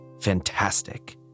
fantastic